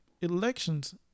Elections